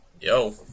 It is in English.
Yo